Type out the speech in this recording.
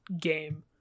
game